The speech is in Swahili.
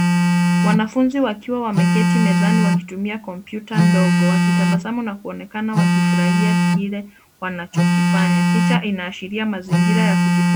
Wanafunzi wakiwa wameketi mezani wakitumia komputa ndogo .Wakitabasamu na kuonekana wakifurahia kile wanachokifanya. Picha inaashiria mazingira ya kujifunza .